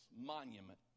monument